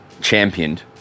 championed